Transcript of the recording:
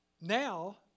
now